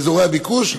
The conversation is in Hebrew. באזורי הביקוש,